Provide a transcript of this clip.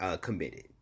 committed